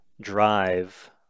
drive